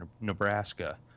nebraska